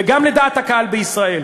וגם לדעת הקהל בישראל.